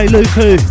Luku